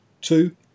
Two